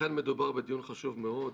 אכן מדובר בדיון חשוב מאוד.